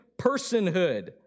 personhood